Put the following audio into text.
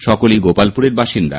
সকলেই গোপালপুরের বাসিন্দা